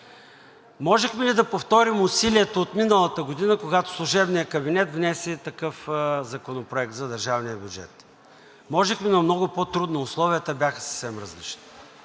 можехме ли да повторим усилията от миналата година, когато служебният кабинет внесе такъв законопроект за държавния бюджет. Можехме, но много по-трудно. Условията бяха съвсем различни.